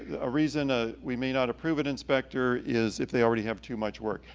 a reason ah we may not approve an inspector is if they already have too much work,